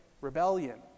rebellion